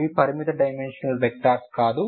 అవి పరిమిత dimensional vectors కాదు